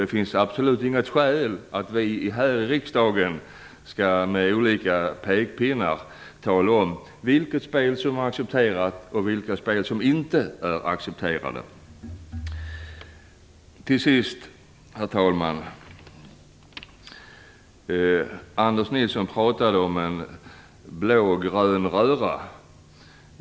Det finns absolut inget skäl för oss i riksdagen att med olika pekpinnar tala om vilka spel som är accepterade och vilka som inte är det. Till sist: Anders Nilsson pratade om en blå-grön röra.